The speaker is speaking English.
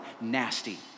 nasty